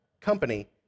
company